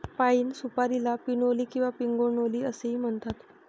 पाइन सुपारीला पिनोली किंवा पिग्नोली असेही म्हणतात